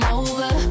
over